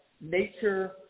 nature